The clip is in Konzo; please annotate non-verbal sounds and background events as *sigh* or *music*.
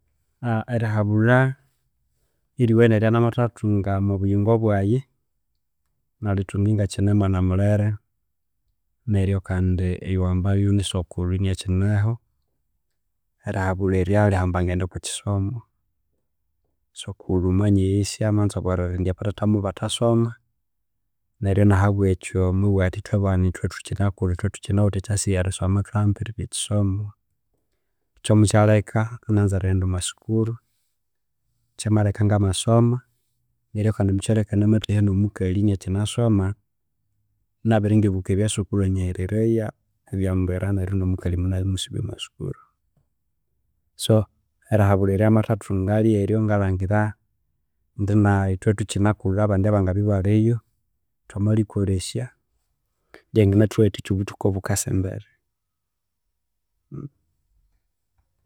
*hesitation* Erihabulha eriwune eryanamathathunga omwa buyingo bwaghe nalhithunga ingakine mwana mulhere neryu kandi oyuwambyu ni sokulhu inakineho erihabulha eryo ryabya erihambangene okwa kisomo sokulhu mwanyeghesya amanzoborera indi athatha mubathasoma neryu ahabwekyu amabugha athi ithwebana ithwe thukinakulha ithwe thukinawithe e chance eyerisoma thuhambirire ekisomo ekyo mukyalheka enganza erighenda omwa sukuru kyamalheka ingasoma neryu kandi mukyalheka na mathahya nomu kalhi inakinasoma nabere ingibuka ebyasukulhu anyihereraya ebyambwira neryu no mukalhi munayamusubya omwa sukuru so erihabulha erya namathathunga ryeryo ngalhangira indi na *hestn* ithwe thukinakulha abandi ababya balhiyo thwamalhikolhesya lhyanganathuwathikya obuthuku obukasa embere. *hesitation*